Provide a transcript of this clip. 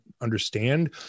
understand